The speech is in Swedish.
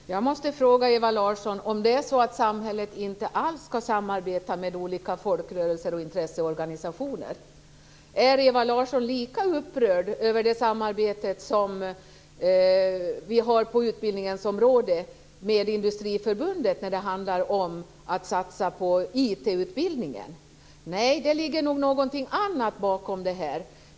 Herr talman! Jag måste fråga Ewa Larsson om det är så att samhället inte alls skall samarbeta med olika folkrörelser och intresseorganisationer. Är Ewa Larsson lika upprörd över det samarbete som vi har på utbildningens område med Industriförbundet när det handlar om att satsa på IT-utbildningen? Nej, det ligger nog något annat bakom det här.